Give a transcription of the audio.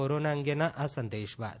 corona અંગેના આ સંદેશ બાદ